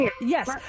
yes